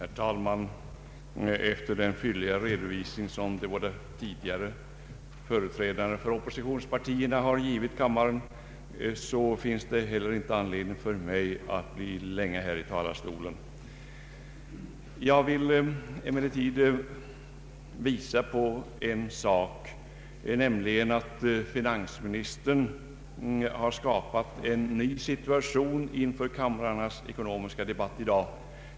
Herr talman! Efter den fylliga redovisning som de båda tidigare företrädarna för oppositionspartierna har givit kammaren finns det inte någon anledning för mig att stanna länge här i talarstolen. Jag vill emellertid peka på en sak, Ang. den ekonomiska politiken nämligen att finansministern har skapat en ny situation inför kamrarnas ekonomiska debatt i dag.